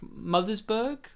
Mothersburg